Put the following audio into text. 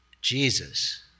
Jesus